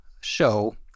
show